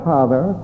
Father